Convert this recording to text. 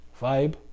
vibe